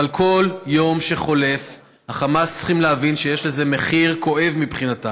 אבל כל יום שחולף החמאס צריכים להבין שיש לזה מחיר כואב מבחינתם.